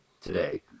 today